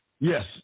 Yes